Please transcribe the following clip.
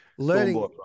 Learning